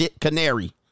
canary